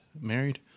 married